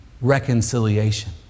reconciliation